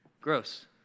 gross